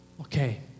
Okay